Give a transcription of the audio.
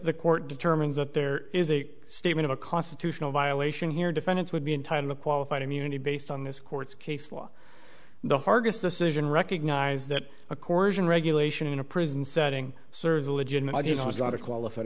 the court determines that there is a statement a constitutional violation here defendants would be entirely qualified immunity based on this court's case law the hardest decision recognized that a course in regulation in a prison setting serves a legitimate i just was not a qualified